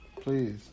Please